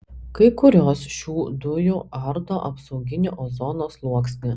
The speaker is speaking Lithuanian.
kai kurios šių dujų ardo apsauginį ozono sluoksnį